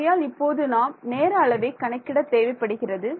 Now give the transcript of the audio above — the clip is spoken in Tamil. ஆகையால் இப்போது நாம் நேர அளவை கணக்கிட தேவைப்படுகிறது